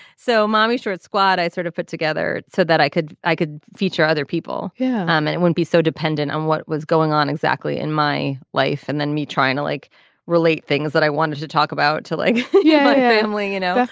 so mommy short squat i sort of put together so that i could i could feature other people yeah um and it wouldn't be so dependent on what was going on exactly in my life. and then me trying to like relate things that i wanted to talk about to like yeah my family you know.